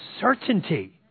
certainty